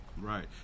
Right